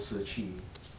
don't play lah